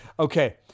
Okay